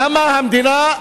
למה המדינה,